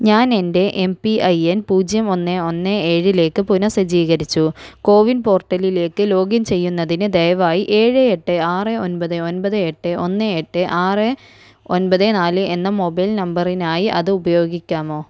ഞാൻ എൻ്റെ M P I N പൂജ്യം ഒന്ന് ഒന്ന് ഏഴിലേക്ക് പുനഃസജ്ജീകരിച്ചു കോവിൻ പോർട്ടലിലേക്ക് ലോഗിൻ ചെയ്യുന്നതിന് ദയവായി ഏഴ് എട്ട് ആറ് ഒൻപത് ഒൻപത് എട്ട് ഒന്ന് എട്ട് ആറ് ഒൻപത് നാല് എന്ന മൊബൈൽ നമ്പറിനായി അത് ഉപയോഗിക്കാമോ